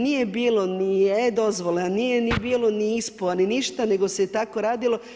Nije bilo ni e-dozvola, nije bilo ni ISPO ni ništa nego se je tako radilo.